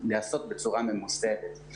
שלהם, המאומצת והקשה.